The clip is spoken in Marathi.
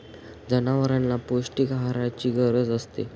जनावरांना पौष्टिक आहाराची गरज असते